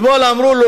אתמול אמרו לו,